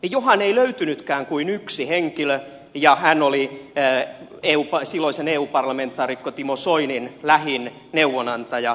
johan ei löytynytkään kuin yksi henkilö ja hän oli silloisen eu parlamentaarikko timo soinin lähin neuvonantaja